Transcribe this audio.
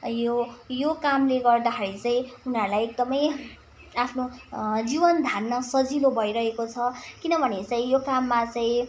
यो यो कामले गर्दाखेरि चाहिँ उनीहरूलाई एकदमै आफ्नो जीवन धान्न सजिलो भइरहेको छ किनभने चाहिँ यो काममा चाहिँ